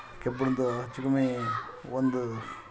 ಕಬ್ಬಿಣದ ಚಿಲುಮೆ ಒಂದು